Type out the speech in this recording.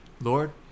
Lord